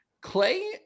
Clay